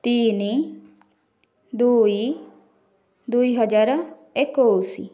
ତିନି ଦୁଇ ଦୁଇ ହଜାର ଏକୋଇଶି